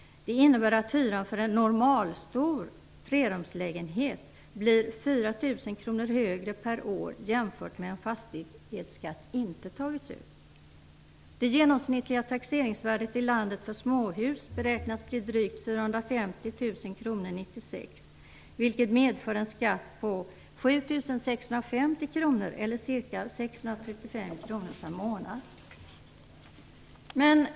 Det innebär att hyran för en normalstor trerumslägenhet blir 4 000 kr högre per år jämfört med om fastighetsskatt inte tagits ut. Det genomsnittliga taxeringsvärdet i landet för småhus beräknas bli drygt 450 000 kr 1996, vilket medför en skatt på 7 650 kr, eller ca 635 kr per månad.